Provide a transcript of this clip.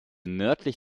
nördlich